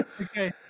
Okay